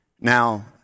Now